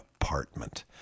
apartment